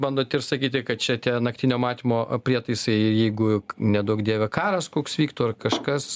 bandot ir sakyti kad čia tie naktinio matymo prietaisai jeigu neduok dieve karas koks vyktų ar kažkas